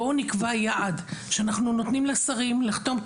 בואו נקבע יעד שאנחנו נותנים לשרים לחתום,